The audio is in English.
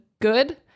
good